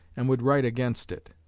and would write against it.